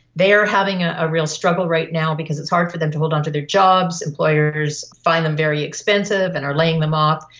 they are having a ah real struggle right now because it's hard for them to hold onto their jobs, employers find them very expensive and are laying them off.